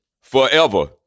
forever